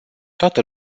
toată